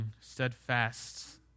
steadfast